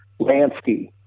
Lansky